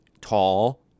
Tall